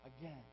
again